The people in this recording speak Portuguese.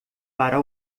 para